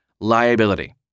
liability